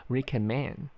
Recommend